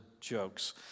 jokes